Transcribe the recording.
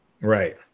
Right